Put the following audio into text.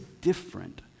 different